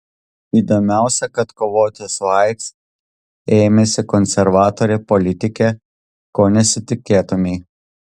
įdomiausia kad kovoti su aids ėmėsi konservatorė politikė ko nesitikėtumei